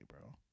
bro